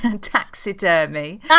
taxidermy